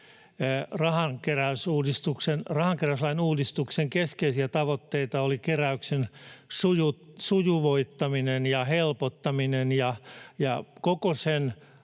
rahankeräyslain uudistuksen keskeisiä tavoitteita oli keräyksen sujuvoittaminen ja helpottaminen ja koko sen